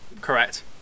Correct